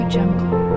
Jungle